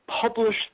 published